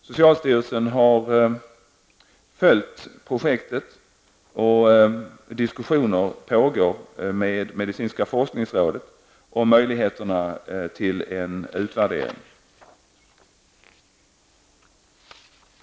Socialstyrelsen har följt projektet och diskussioner pågår med medicinska forskningsrådet om möjligheterna till en utvärdering.